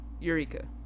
Eureka